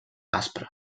aspre